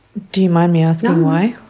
do you mind me asking why?